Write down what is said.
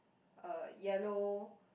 uh yellow